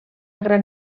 gran